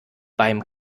beim